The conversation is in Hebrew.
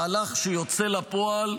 מהלך שיוצא לפועל,